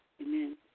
Amen